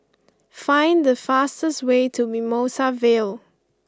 find the fastest way to Mimosa Vale